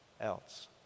else